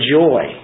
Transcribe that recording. joy